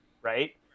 Right